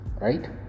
right